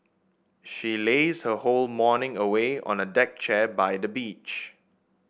she lazed her whole morning away on a deck chair by the beach